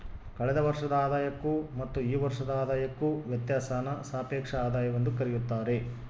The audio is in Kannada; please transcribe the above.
ಕಳೆದ ವರ್ಷದ ಆದಾಯಕ್ಕೂ ಮತ್ತು ಈ ವರ್ಷದ ಆದಾಯಕ್ಕೂ ವ್ಯತ್ಯಾಸಾನ ಸಾಪೇಕ್ಷ ಆದಾಯವೆಂದು ಕರೆಯುತ್ತಾರೆ